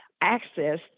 access